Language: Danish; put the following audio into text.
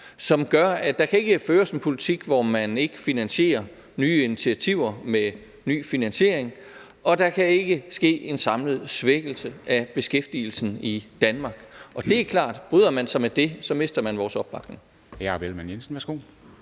som gør, at der ikke kan føres en politik, hvor man ikke finansierer nye initiativer med ny finansiering, og at der ikke kan ske en samlet svækkelse af beskæftigelsen i Danmark. Og det er klart, at bryder man så med det, mister man vores opbakning.